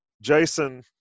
Jason